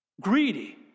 Greedy